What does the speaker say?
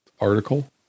article